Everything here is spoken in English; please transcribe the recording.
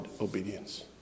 obedience